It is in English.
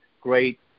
great